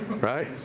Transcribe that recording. Right